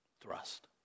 thrust